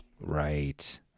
Right